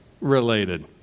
related